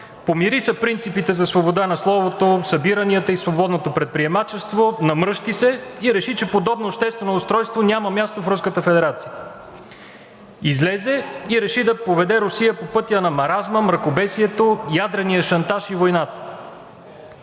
помириса принципите за свободата на словото, събиранията и свободното предприемачество, намръщи се и реши, че подобно обществено устройство няма място в Руската федерация. Излезе и реши да поведе Русия по пътя на маразма, мракобесието, ядрения шантаж и войната.